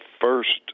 first